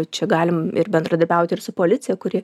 čia galim ir bendradarbiauti ir su policija kuri